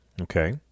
Okay